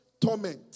torment